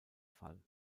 fall